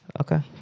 Okay